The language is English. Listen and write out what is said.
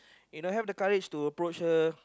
they don't have the courage to approach her